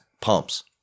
pumps